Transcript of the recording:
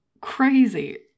Crazy